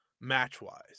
match-wise